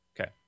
Okay